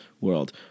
world